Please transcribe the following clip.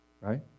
right